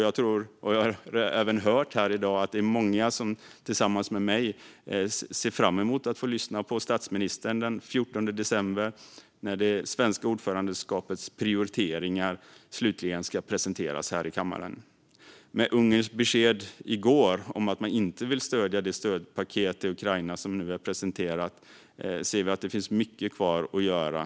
Jag tror och har även hört här i dag att det är många som tillsammans med mig ser fram emot att få lyssna till statsministern den 14 december när det svenska ordförandeskapets prioriteringar slutligen ska presenteras här i kammaren. Med Ungerns besked i går om att det inte vill stödja det stödpaket till Ukraina som nu är presenterat ser vi att det finns mycket kvar att göra.